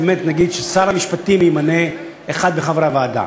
אלמנט ששר המשפטים ימנה אחד מחברי הוועדה,